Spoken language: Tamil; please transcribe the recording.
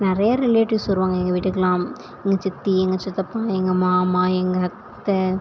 நிறைய ரிலேட்டிவ்ஸ் வருவாங்க எங்கள் வீட்டுக்குலாம் எங்கள் சித்தி எங்கள் சித்தப்பா எங்கள் மாமா எங்கள் அத்தை